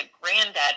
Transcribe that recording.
granddad